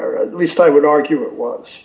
are at least i would argue it was